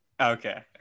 Okay